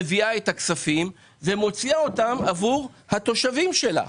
מביאה את הכספים ומוציאה אותם עבור התושבים שלה.